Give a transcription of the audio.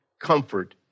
comfort